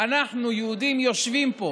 יהודים יושבים פה